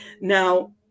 Now